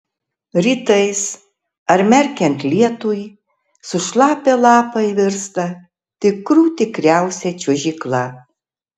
rytais ar merkiant lietui sušlapę lapai virsta tikrų tikriausia čiuožykla